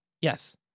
Yes